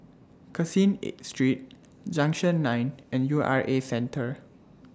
Caseen eight Street Junction nine and U R A Centre